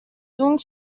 donc